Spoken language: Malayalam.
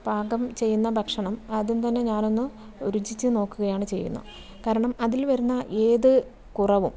പാകം ചെയ്യുന്ന ഭക്ഷണം ആദ്യം തന്നെ ഞാനൊന്ന് രുചിച്ച് നോക്കുകയാണ് ചെയ്യുന്നത് കാരണം അതിൽ വരുന്ന ഏത് കുറവും